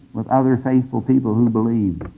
with other faithful people who believed.